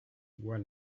were